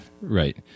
right